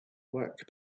work